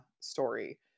story